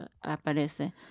aparece